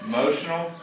Emotional